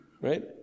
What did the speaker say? Right